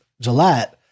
Gillette